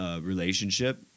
relationship